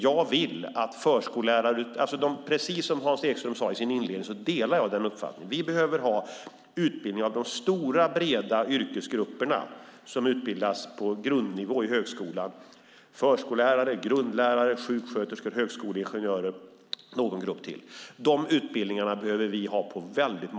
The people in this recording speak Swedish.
Jag delar Hans Ekströms uppfattning att vi behöver ha högskoleutbildning på grundnivå för stora breda yrkesgrupper som förskollärare, grundskollärare, sjuksköterskor och högskoleingenjörer på många platser i Sverige.